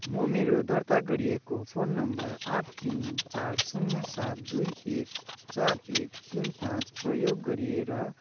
म मेरो दर्ता गरिएको फोन नम्बर आठ तिन चार शून्य सात दुई एक चार एक तिन पाँच प्रयोग गरेर